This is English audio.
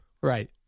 Right